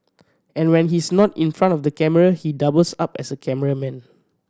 and when he's not in front of the camera he doubles up as a cameraman